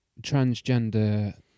transgender